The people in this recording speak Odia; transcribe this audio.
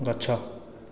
ଗଛ